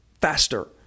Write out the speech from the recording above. faster